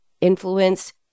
influence